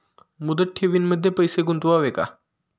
मुदत ठेवींमध्ये पैसे गुंतवावे का?